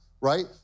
right